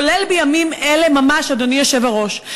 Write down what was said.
כולל בימים אלה ממש, אדוני היושב-ראש.